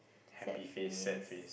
sad face